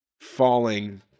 falling